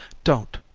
don't!